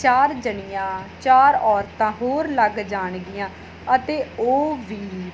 ਚਾਰ ਜਾਣੀਆਂ ਚਾਰ ਔਰਤਾਂ ਹੋਰ ਲੱਗ ਜਾਣਗੀਆਂ ਅਤੇ ਉਹ ਵੀ